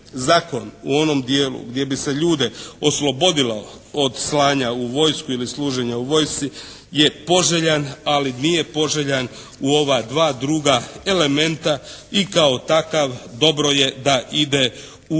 zakon u onom dijelu gdje bi se ljude oslobodilo od slanja u vojsku ili služenja u vojsci je poželjan ali nije poželjan u ova dva druga elementa i kao takav dobro je da ide u